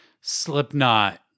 Slipknot